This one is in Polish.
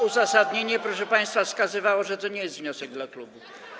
Uzasadnienie, proszę państwa, wskazywało na to, że to nie jest wniosek dla klubu.